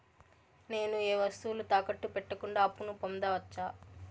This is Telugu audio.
నేను ఏ వస్తువులు తాకట్టు పెట్టకుండా అప్పును పొందవచ్చా?